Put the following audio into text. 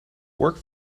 work